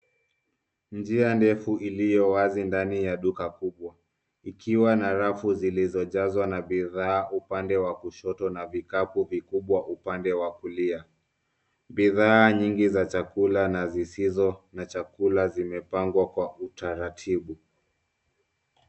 Njia ndefu iliyowazi ndani ya duka kubwa ikiwa na rafu zilizojazwa na bidhaa upande wa kushoto na vikapu vikubwa upande wa kulia. Bidhaa nyingi za chakula na zisizo na chukula zimepangwa kwa utaratibu.